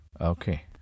okay